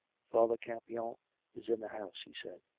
father campion is in the house, he said.